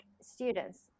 students